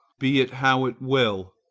be it how it will,